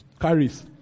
carries